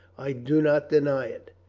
i do not deny it.